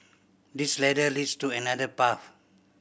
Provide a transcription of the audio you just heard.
this ladder leads to another path